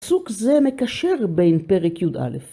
פסוק זה מקשר בין פרק יא'.